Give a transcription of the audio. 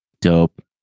dope